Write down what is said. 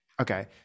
Okay